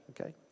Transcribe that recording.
okay